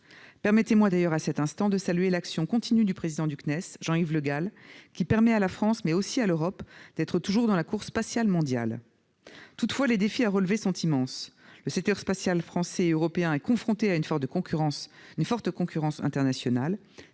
Permettez-moi, à cet instant, de saluer l'action continue du président du CNES, Jean-Yves Le Gall, qui permet à la France, mais aussi à l'Europe, d'être toujours dans la course spatiale mondiale. Toutefois, les défis à relever sont immenses. Le secteur spatial français et européen est confronté à une forte concurrence internationale